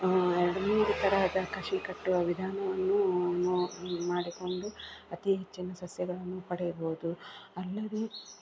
ಎರಡು ಮೂರು ತರಹದ ಕಸಿ ಕಟ್ಟುವ ವಿಧಾನವನ್ನು ನೋ ಮಾಡಿಕೊಂಡು ಅತಿ ಹೆಚ್ಚಿನ ಸಸ್ಯಗಳನ್ನು ಪಡೆಯಬೌದು ಅಲ್ಲದೆ